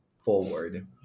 forward